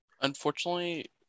Unfortunately